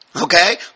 Okay